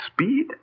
speed